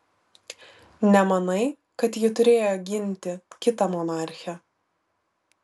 nemanai kad ji turėjo ginti kitą monarchę